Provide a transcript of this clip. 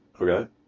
okay